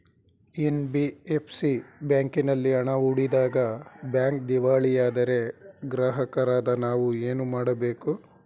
NBFC ಬ್ಯಾಂಕಿನಲ್ಲಿ ಹಣ ಹೂಡಿದಾಗ ಬ್ಯಾಂಕ್ ದಿವಾಳಿಯಾದರೆ ಗ್ರಾಹಕರಾದ ನಾವು ಏನು ಮಾಡಬೇಕು?